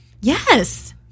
Yes